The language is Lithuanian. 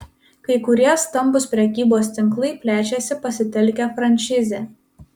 kai kurie stambūs prekybos tinklai plečiasi pasitelkę frančizę